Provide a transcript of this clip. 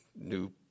new